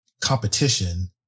competition